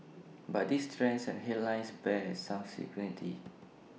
but these trends and headlines bear some scrutiny